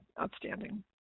outstanding